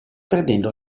perdendo